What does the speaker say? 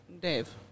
Dave